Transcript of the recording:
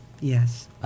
Yes